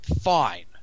fine